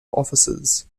offices